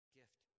gift